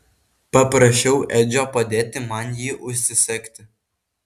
paprašiau edžio padėti man jį užsisegti